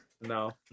no